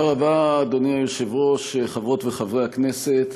תודה רבה, אדוני היושב-ראש, חברות וחברי הכנסת,